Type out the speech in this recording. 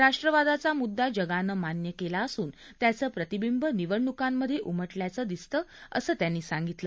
राष्ट्रवादाचा मुद्या जगानं मान्य केला असून त्याचं प्रतिबिंब निवडणुकांमध्ये उमटल्याचं दिसतं असं त्यांनी सांगितलं